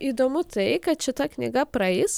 įdomu tai kad šita knyga praeis